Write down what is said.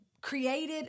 created